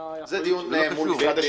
- זה עדיין באחריות.